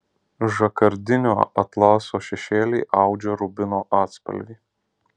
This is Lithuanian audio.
žakardinio atlaso šešėliai audžia rubino atspalvį